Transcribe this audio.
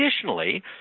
additionally